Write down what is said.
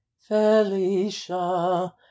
felicia